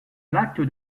l’acte